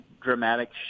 dramatic